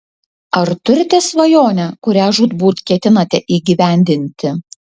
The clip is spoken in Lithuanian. ar turite svajonę kurią žūtbūt ketinate įgyvendinti